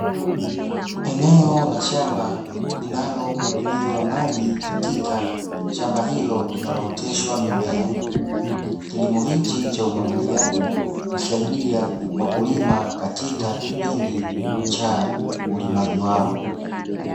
Eneo la shamba linalo mwagiliwa maji katika shamba hilo linalooteshwa mimea. Kilimo hichi cha umwagiliaji husaidia wakulima katika kipindi cha ulimaji wao.